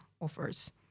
offers